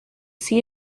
see